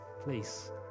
Please